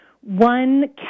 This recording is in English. One